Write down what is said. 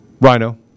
rhino